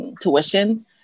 tuition